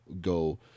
go